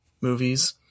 movies